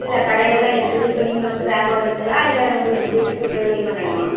இல்லை கடையில் தான் இருக்குது இப்போ வந்து வாங்க வருவீங்களா இல்லை உங்களுக்கு வீட்டுக்கு டெலிவெரி பண்ணணுமா